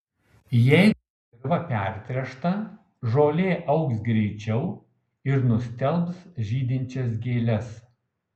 jeigu dirva pertręšta žolė augs greičiau ir nustelbs žydinčias gėles